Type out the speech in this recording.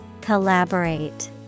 Collaborate